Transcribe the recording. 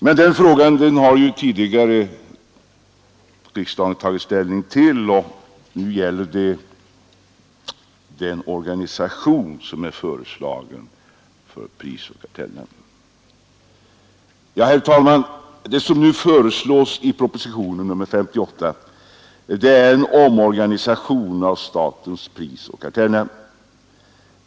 Men den frågan har riksdagen tidigare tagit ställning till; nu gäller det den organisation som är föreslagen för prisoch kartellnämnden. Herr talman! Det som föreslås i propositionen 58 är en omorganisation av statens prisoch kartellnämnd.